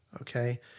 Okay